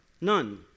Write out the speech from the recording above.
None